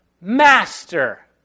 Master